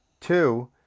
Two